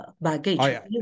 baggage